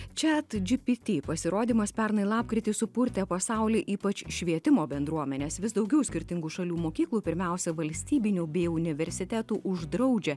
chatgpt pasirodymas pernai lapkritį supurtė pasaulį ypač švietimo bendruomenes vis daugiau skirtingų šalių mokyklų pirmiausia valstybinių bei universitetų uždraudžia